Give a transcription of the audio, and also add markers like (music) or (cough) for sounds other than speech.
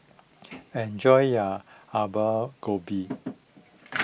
enjoy your (unintelligible) Gobi (noise)